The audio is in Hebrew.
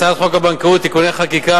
הצעת חוק הבנקאות (תיקוני חקיקה)